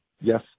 yes